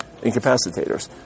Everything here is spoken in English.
incapacitators